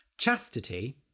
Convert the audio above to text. Chastity